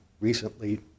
recently